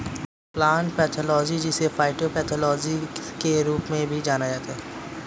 plant pathology जिसे phytopathology के रूप में भी जाना जाता है